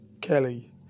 Kelly